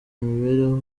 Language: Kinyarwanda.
imibereho